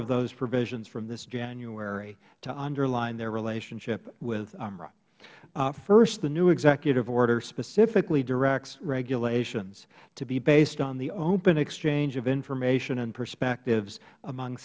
of those provisions from this january to underline their relationship with umra first the new executive order specifically directs regulations to be based on the open exchange of information and perspectives among